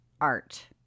art